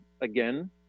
again